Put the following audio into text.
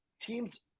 teams